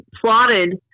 plotted